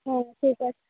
হ্যাঁ ঠিক আছে